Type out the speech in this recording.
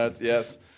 yes